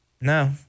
no